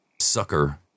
sucker